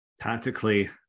tactically